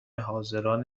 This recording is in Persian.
حاضران